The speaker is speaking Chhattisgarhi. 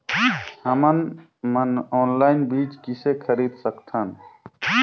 हमन मन ऑनलाइन बीज किसे खरीद सकथन?